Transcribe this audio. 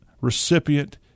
recipient